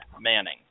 Manning